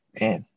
man